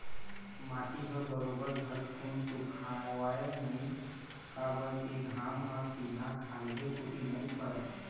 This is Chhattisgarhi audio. माटी ह बरोबर झटकुन सुखावय नइ काबर के घाम ह सीधा खाल्हे कोती नइ परय